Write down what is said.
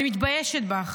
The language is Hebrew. אני מתביישת בך.